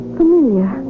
familiar